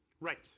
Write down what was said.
Right